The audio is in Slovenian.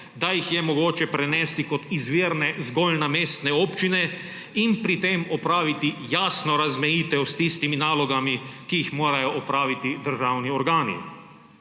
da jih je mogoče prenesti kot izvirne zgolj na mestne občine in pri tem opraviti jasno razmejitev s tistimi nalogami, ki jih morajo opraviti državni organi.